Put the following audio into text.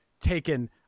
taken